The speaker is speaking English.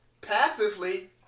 passively